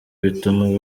bituma